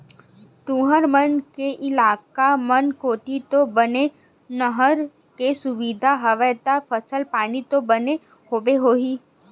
तुंहर मन के इलाका मन कोती तो बने नहर के सुबिधा हवय ता फसल पानी तो बने होवत होही?